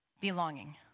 belonging